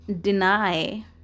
deny